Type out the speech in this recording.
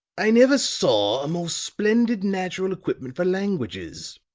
i never saw a more splendid natural equipment for languages,